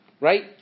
Right